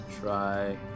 Try